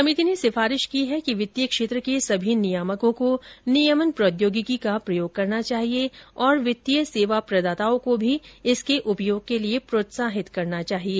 समिति ने सिफारिश की है कि वित्तीय क्षेत्र के सभी नियामकों को नियमन प्रौद्योगिकी का प्रयोग करना चाहिए और वित्तीय सेवा प्रदाताओं को भी इसके उपयोग के लिए प्रोत्साहित करना चाहिए